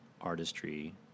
artistry